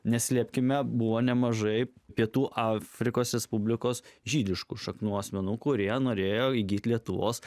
neslėpkime buvo nemažai pietų afrikos respublikos žydiškų šaknų asmenų kurie norėjo įgyti lietuvos